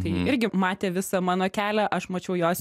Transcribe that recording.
tai irgi matė visą mano kelią aš mačiau jos